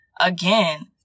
Again